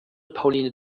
pauline